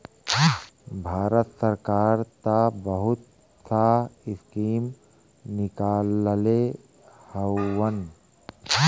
भारत सरकार त बहुत सा स्कीम निकलले हउवन